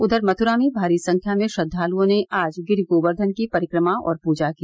उधर मथुरा में भारी संख्या में श्रद्वाल्ओं ने आज गिरि गोर्व्धन की परिक्रमा और पूजा की